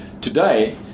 Today